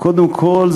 קודם כול,